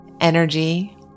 energy